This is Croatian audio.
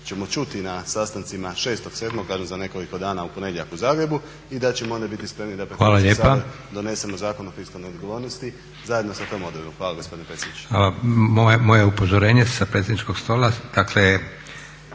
ćemo čuti na sastancima 6.7., kažem za nekoliko dana u ponedjeljak u Zagrebu i da ćemo onda biti spremni da pred Sabor donesemo Zakon o fiskalnoj odgovornosti zajedno sa tom odredbom. Hvala gospodine predsjedniče. **Leko, Josip (SDP)** Hvala